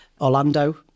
orlando